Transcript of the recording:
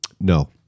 No